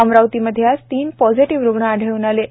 अमरावतीमध्ये आज तीन पॉझिटिव्ह रुग्ण आढळून आले आहे